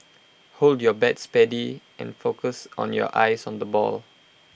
hold your bat steady and focus on your eyes on the ball